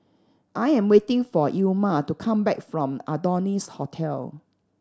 I am waiting for Ilma to come back from Adonis Hotel